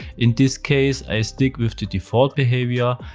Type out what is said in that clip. in this case, i stick with the default behavior.